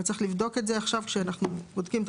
אבל צריך לבדוק את זה עכשיו כשאנחנו בודקים את